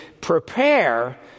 prepare